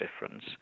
difference